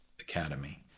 academy